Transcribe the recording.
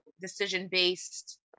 decision-based